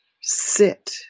Sit